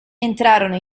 entrano